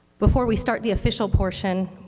before we start the official portion,